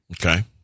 Okay